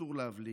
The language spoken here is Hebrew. אסור להבליג.